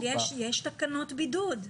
יש תקנות בידוד.